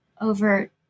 over